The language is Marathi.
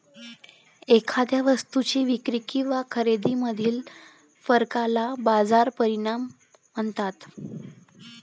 एखाद्या वस्तूच्या विक्री किंवा खरेदीमधील फरकाला बाजार परिणाम म्हणतात